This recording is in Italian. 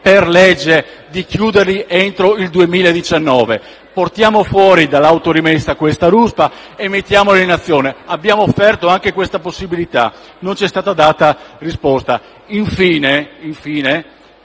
l'impegno di chiuderli entro il 2019. Portiamo fuori dall'autorimessa questa ruspa e mettiamola in azione. Abbiamo offerto anche questa disponibilità, ma non ci è stata data risposta. Infine, signor